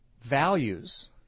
Values